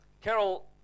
Carol